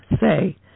Say